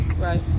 Right